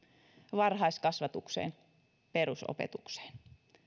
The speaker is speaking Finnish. varhaiskasvatukseen perusopetukseen